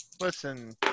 listen